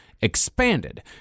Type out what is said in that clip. expanded